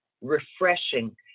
refreshing